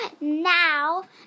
now